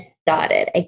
Started